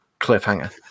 cliffhanger